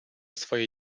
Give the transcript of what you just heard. swoje